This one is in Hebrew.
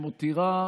שמותירה